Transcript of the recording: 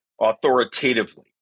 authoritatively